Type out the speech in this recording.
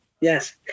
Yes